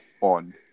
on